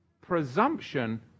presumption